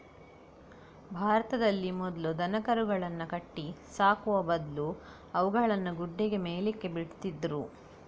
ಭಾರತದಲ್ಲಿ ಮೊದ್ಲು ದನಕರುಗಳನ್ನ ಕಟ್ಟಿ ಸಾಕುವ ಬದ್ಲು ಅವುಗಳನ್ನ ಗುಡ್ಡೆಗೆ ಮೇಯ್ಲಿಕ್ಕೆ ಬಿಡ್ತಿದ್ರು